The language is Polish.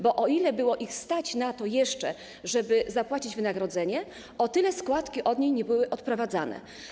Bo o ile było ich stać na to jeszcze, żeby zapłacić wynagrodzenie, o tyle składki nie były odprowadzane.